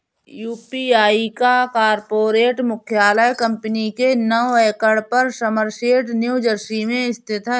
UPI का corporate मुख्यालय company के नौ एकड़ पर समरसेट न्यू जर्सी में स्थित है